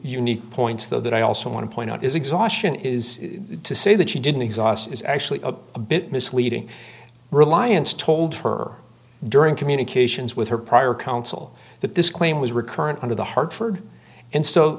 unique points though that i also want to point out is exhaustion is to say that you didn't exhaust is actually a bit misleading reliance told her during communications with her prior counsel that this claim was recurrent under the hartford and so